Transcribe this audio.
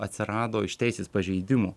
atsirado iš teisės pažeidimų